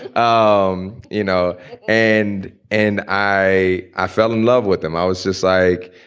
um you know and and i i fell in love with him. i was just like,